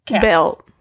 belt